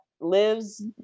lives